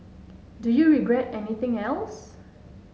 do you regret anything else